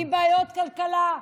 עם בעיות כלכלה,